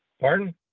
Pardon